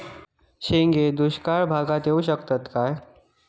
शेंगे दुष्काळ भागाक येऊ शकतत काय?